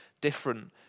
different